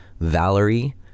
Valerie